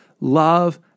love